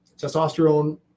testosterone